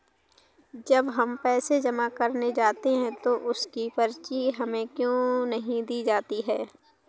जब हम पैसे जमा करने जाते हैं तो उसकी पर्ची हमें क्यो नहीं दी जाती है?